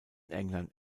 england